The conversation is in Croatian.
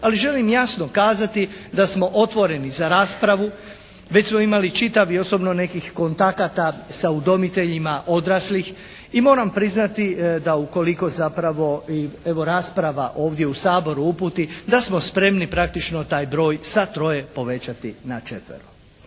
Ali želim jasno kazati da smo otvoreni za raspravu. Već smo imali čitav i osobno nekih kontakata sa udomiteljima odraslih i moram priznati da ukoliko zapravo evo rasprava ovdje u Saboru uputi da smo spremni praktično taj broj sa troje povećati na četvero.